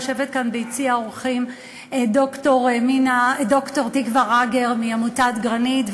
יושבות כאן ביציע האורחים ד"ר תקוה רגר מעמותת "גרנית",